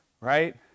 Right